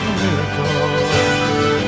miracle